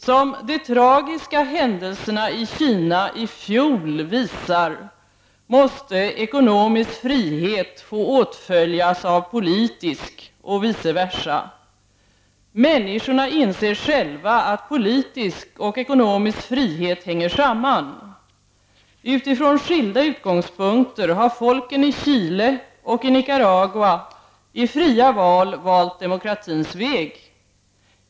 Som de tragiska händelserna i Kina i fjol visar måste ekonomisk frihet få åtföljas av politisk och vice versa. Människorna inser själva att politisk och ekonomisk frihet hänger samman. Utifrån skilda utgångspunkter har folken i Chile och Nicaragua i fria val valt demokratins väg.